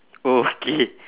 oh K